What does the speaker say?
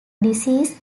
disease